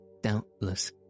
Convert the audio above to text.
doubtless